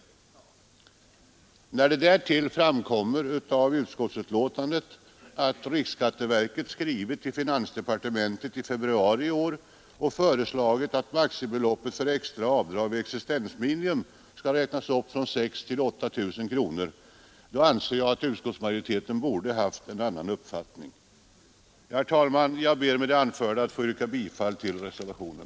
När det därtill framkommer av utskottsbetänkandet att riksskatteverket skrivit till finansdepartementet i februari i år och föreslagit att maximibeloppet för extra avdrag vid existensminimum skall räknas upp från 6 000 till 8 000 kronor, så anser jag att utskottsmajoriteten borde ha haft en annan uppfattning. Herr talman! Jag ber med det anförda att få yrka bifall till reservationen.